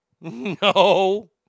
No